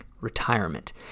Retirement